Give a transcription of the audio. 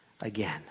again